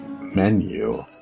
menu